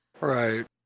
right